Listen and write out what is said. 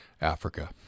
Africa